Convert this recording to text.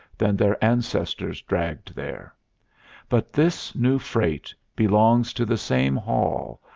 than their ancestors dragged there but this new freight belongs to the same haul,